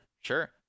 sure